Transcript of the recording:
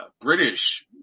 British